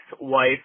wife